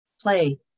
play